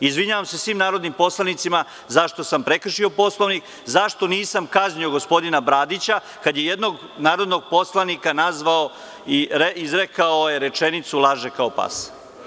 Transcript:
Izvinjavam se svim narodnim poslanicima zašto sam prekršio Poslovnika, zašto nisam kaznio gospodina Bradića, kada je jednog narodnog poslanika nazvao, izrekao je rečenicu – laže kao pas.